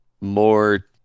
More